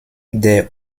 der